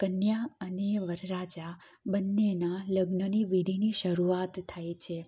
કન્યા અને વરરાજા બંનેના લગ્નની વિધિની શરૂઆત થાય છે